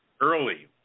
early